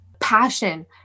passion